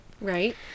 Right